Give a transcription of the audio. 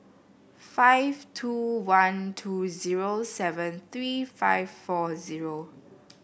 five two one two zero seven three five four zero